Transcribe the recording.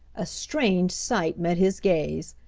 a strange sight met his gaze.